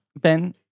Ben